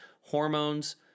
hormones